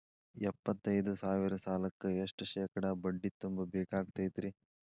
ಎಪ್ಪತ್ತೈದು ಸಾವಿರ ಸಾಲಕ್ಕ ಎಷ್ಟ ಶೇಕಡಾ ಬಡ್ಡಿ ತುಂಬ ಬೇಕಾಕ್ತೈತ್ರಿ?